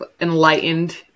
enlightened